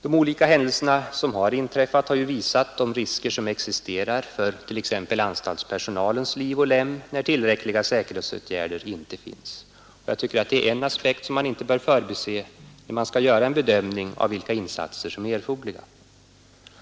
De olika händelser som inträffat har visat de risker som existerar för t.ex. anstaltspersonalens liv och lem när tillräckliga säkerhetsanordningar inte finns. Det är en aspekt som man inte bör förbise när man skall göra en bedömning av vilka insatser som erfordras.